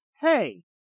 hey